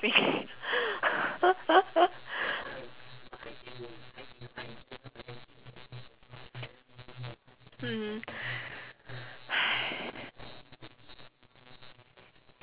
~ing mm !hais!